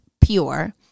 pure